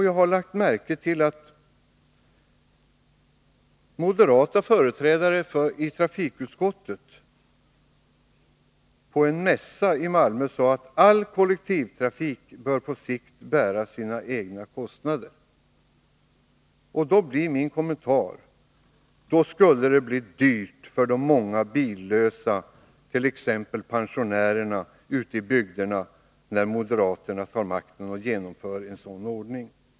Jag har lagt märke till att moderata företrädare i trafikutskottet på en mässa i Malmö sade att all kollektivtrafik bör på sikt bära sina egna kostnader. Min kommentar blir: Då skulle det bli dyrt för de många billösa, t.ex. pensionärerna, ute i bygderna, när moderaterna tar makten och genomför en sådan ordning.